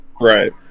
Right